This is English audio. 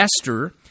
Esther